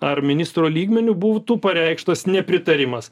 ar ministro lygmeniu būtų pareikštas nepritarimas